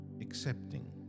accepting